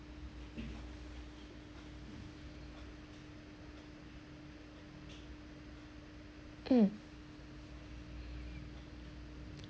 mm